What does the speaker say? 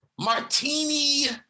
Martini